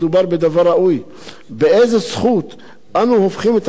באיזו זכות אנו הופכים למטלפן סוג ב'